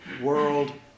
world